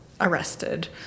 arrested